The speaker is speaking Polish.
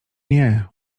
nie